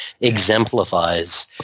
exemplifies